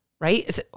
Right